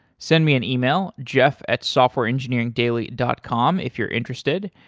send me an email, jeff at softwareengineeringdaily dot com if you're interested.